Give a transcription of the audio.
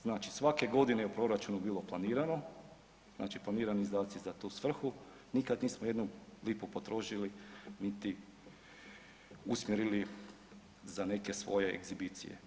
Znači svake godine u proračunu je bilo planirano, planirani izdaci za tu svrhu, nikad nismo jednu lipu potrošili niti usmjerili za neke svoje egzibicije.